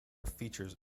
features